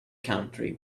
country